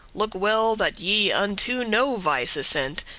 look well, that ye unto no vice assent,